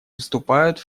выступают